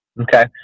Okay